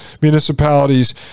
Municipalities